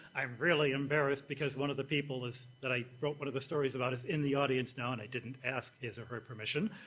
i'm really embarrassed because one of the people is that i wrote one of the stories about, is in the audience now and i didn't ask his or her permission.